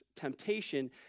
temptation